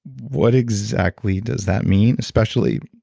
what exactly does that mean? especially